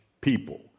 people